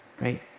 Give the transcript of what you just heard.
Right